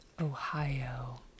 Ohio